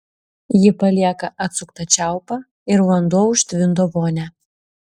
ji palieka atsuktą čiaupą ir vanduo užtvindo vonią